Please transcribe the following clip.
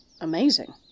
Amazing